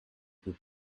peux